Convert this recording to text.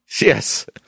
Yes